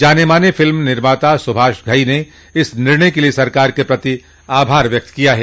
जाने माने फिल्म निर्माता सुभाष घई ने इस निर्णय के लिए सरकार के प्रति आभार व्यक्त किया है